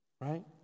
Right